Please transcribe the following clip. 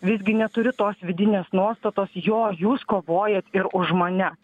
visgi neturiu tos vidinės nuostatos jo jūs kovojat ir už mane